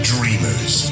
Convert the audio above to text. Dreamers